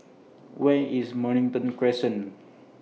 Where IS Mornington Crescent